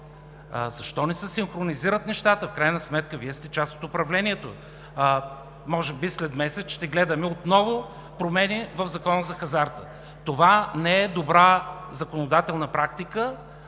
Защо не се синхронизират нещата, Вие сте част от управлението? Може би след месец отново ще гледаме промени в Закона за хазарта. Това не е добра законодателна практика